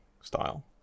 style